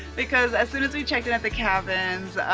because as soon as we checked in at the cabins,